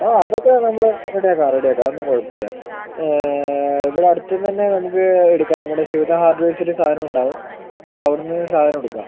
ആ അതൊക്കെ നമ്മൾ റെഡി ആക്കാം റെഡി ആക്കാം അതൊന്നും കുഴപ്പമില്ല ഇവിടടുത്തു നിന്ന് തന്നെ നമുക്ക് എടുക്കാം നമ്മുടെ ശിവദാ ഹാർഡ് വെയേഴ്സിൽ സാധനമുണ്ടാകും അപ്പം അവിടെ നിന്ന് സാധനം എടുക്കാം